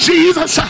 Jesus